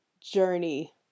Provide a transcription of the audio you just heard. journey